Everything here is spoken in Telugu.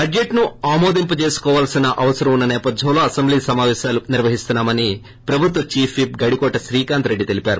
బడైట్ను ఆమోదింపజేసుకోవాల్సిన అవసరం ఉన్స సేపథ్సంలో అసెంబ్లీ సమావేశాలు నిర్వహిస్తున్నామని ఛీప్ విప్ గడికోట శ్రీకాంత్ రెడ్డి తెలిపారు